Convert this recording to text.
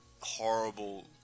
horrible